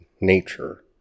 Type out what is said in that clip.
nature